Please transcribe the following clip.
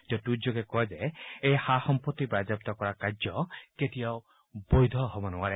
তেওঁ টুইটযোগে কয় যে এই সা সম্পত্তি বাজেয়াপ্ত কৰা কাৰ্য কেতিয়াও বৈধ হ'ব নোৱাৰে